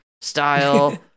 style